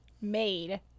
made